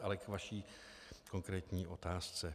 Ale k vaší konkrétní otázce.